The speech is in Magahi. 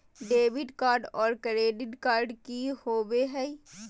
डेबिट कार्ड और क्रेडिट कार्ड की होवे हय?